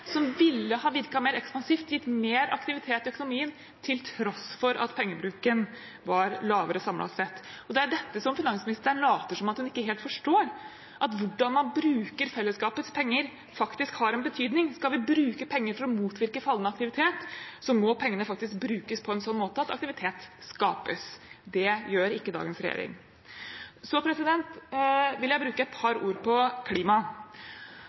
som ville ha virket mer ekspansivt, gitt mer aktivitet i økonomien, til tross for at pengebruken var lavere samlet sett. Det er dette finansministeren later som at hun ikke helt forstår, at hvordan man bruker fellesskapets penger, faktisk har en betydning. Skal vi bruke penger til å motvirke fallende aktivitet, må pengene faktisk brukes på en sånn måte at aktivitet skapes. Det gjør ikke dagens regjering. Så vil jeg bruke et par ord på